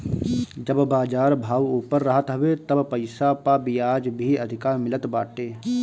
जब बाजार भाव ऊपर रहत हवे तब पईसा पअ बियाज भी अधिका मिलत बाटे